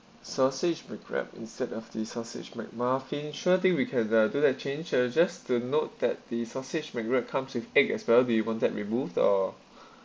sausage mac wrap instead of the sausage mac muffin sure thing we can uh do that change uh just to note that the sausage mac wrap comes with egg as well do you want that removed or